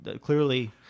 clearly